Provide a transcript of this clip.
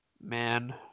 Man